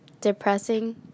depressing